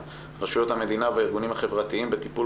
רשויות המדינה והארגונים החברתיים בטיפול